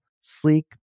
sleek